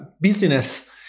business